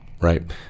right